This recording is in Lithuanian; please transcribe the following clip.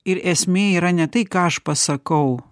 ir esmė yra ne tai ką aš pasakau